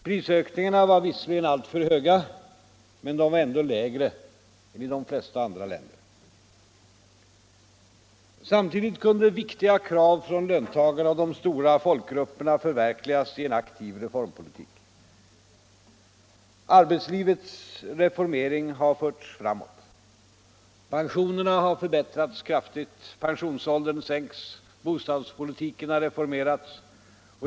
Prisökningarna var visserligen alltför höga, men de var ändå lägre än i de flesta andra länder. Samtidigt kunde viktiga krav från löntagarna och de stora folkgrupperna förverkligas i en aktiv reformpolitik. Arbetslivets reformering har förts framåt. Pensionerna har förbättrats kraftigt. Pensionsåldern sänks. Bostadspolitiken har reformerats.